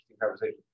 conversation